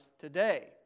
today